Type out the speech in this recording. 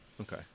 Okay